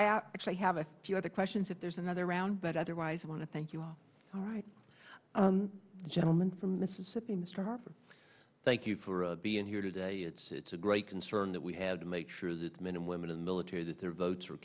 i actually have a few other questions if there's another round but otherwise i want to thank you all right gentleman from mississippi mr harper thank you for being here today it's it's a great concern that we had to make sure that men and women in the military that their votes